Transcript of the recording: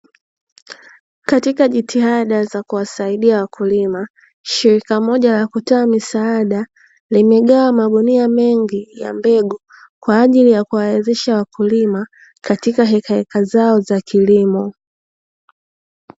Katika jitihada za kuwasaidia wakulima, shirika moja la kutoa msaada limegawa magunia mengi ya mbegu, kwa ajili ya kuwawezesha wakulima katika hekaheka zao za kilimo.